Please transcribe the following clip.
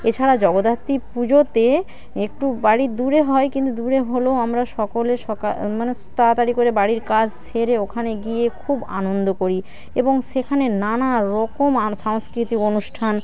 এছাড়া জগদ্ধাত্রী পুজোতে একটু বাড়ির দূরে হয় কিন্তু দূরে হলেও আমরা সকলে সকাল মানে তাড়াতাড়ি করে বাড়ির কাজ সেরে ওখানে গিয়ে খুব আনন্দ করি এবং সেখানে নানা রকম সাংস্কৃতিক অনুষ্ঠান